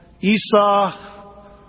Esau